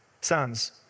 sons